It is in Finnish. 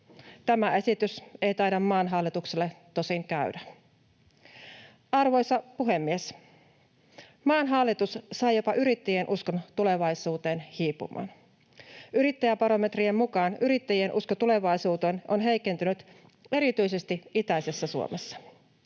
Tämä esitys ei taida maan hallitukselle tosin käydä. Arvoisa puhemies! Maan hallitus saa jopa yrittäjien uskon tulevaisuuteen hiipumaan. Yrittäjäbarometrien mukaan yrittäjien usko tulevaisuuteen on heikentynyt erityisesti itäisessä Suomessa.